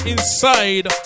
Inside